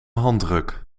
handdruk